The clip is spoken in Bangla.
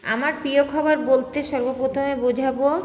আমার প্রিয় খাবার বলতে সর্বপ্রথমে বোঝাবো